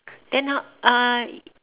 then how uh